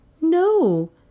No